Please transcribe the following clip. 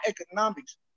economics